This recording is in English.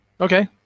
Okay